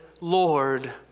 Lord